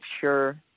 sure